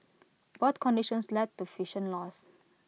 both conditions led to vision loss